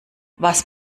was